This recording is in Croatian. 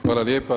Hvala lijepa.